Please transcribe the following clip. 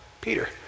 Peter